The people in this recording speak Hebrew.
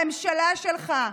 הממשלה שלך,